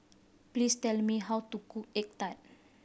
please tell me how to cook egg tart